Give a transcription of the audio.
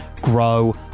Grow